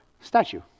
statue